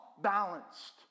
balanced